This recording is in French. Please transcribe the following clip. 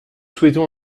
souhaitons